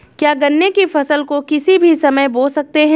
क्या गन्ने की फसल को किसी भी समय बो सकते हैं?